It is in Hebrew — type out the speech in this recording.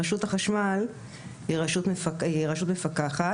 רשות החשמל היא רשות מפקחת,